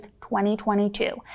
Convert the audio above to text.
2022